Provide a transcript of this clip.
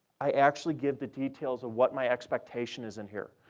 i actually give the details of what my expectation is in here.